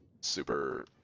super